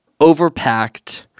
overpacked